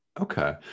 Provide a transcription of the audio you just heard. okay